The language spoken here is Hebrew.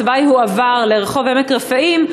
התוואי הועבר לרחוב עמק-רפאים,